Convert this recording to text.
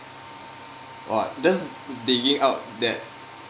!wah! just digging out that